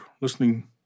listening